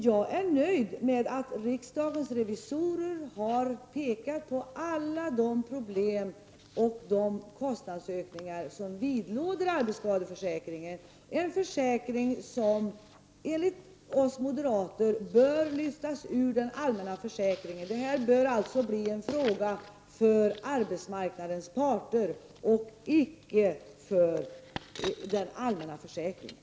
Jag är nöjd med att riksdagens revisorer har pekat på alla de problem och kostnadsökningar som vidlåder arbetsskadeförsäkringen — en försäkring som enligt oss moderater bör lyftas ur den allmänna försäkringen. Detta bör alltså bli en fråga för arbetsmarknadens parter och icke en fråga för den allmänna försäkringen.